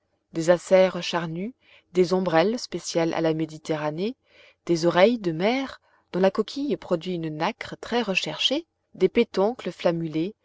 des acères charnus des ombrelles spéciales à la méditerranée des oreilles de mer dont la coquille produit une nacre très recherchée des pétoncles